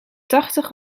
tachtig